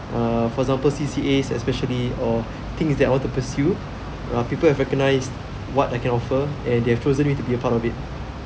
err for example C_C_As especially or things that I want to pursue uh people have recognized what I can offer and they've chosen me to be a part of it